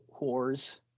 whores